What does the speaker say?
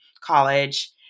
college